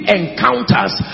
encounters